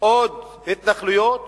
עוד התנחלויות